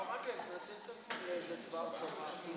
הרב מקלב, תנצל את הזמן לאיזה דבר תורה.